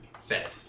Fed